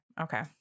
Okay